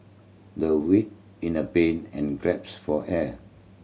the writhed in a pain and grapes for air